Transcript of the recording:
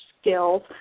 skills